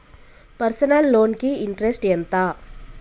Personal loan కి interest ఎంత?